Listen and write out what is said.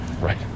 Right